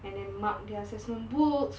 and then mark their assessment books